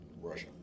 Russia